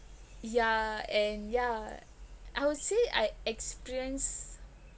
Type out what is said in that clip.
yeah and yeah I would say I experience